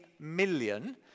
million